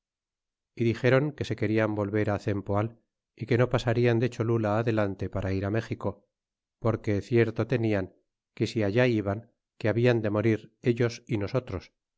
é dixéron que se querian volver á cempoal y que no pasarian de cholula adelante para ir méxico porque cierto tenian que si allá iban que habian de morir ellos y nosotros